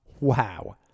Wow